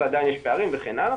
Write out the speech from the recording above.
ועדיין יש פערים וכן הלאה,